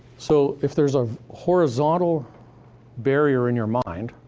so if there's a horizontal barrier in your mind,